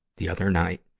the other night,